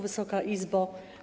Wysoka Izbo!